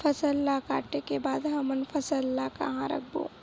फसल ला काटे के बाद हमन फसल ल कहां रखबो?